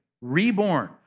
reborn